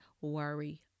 worry